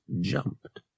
jumped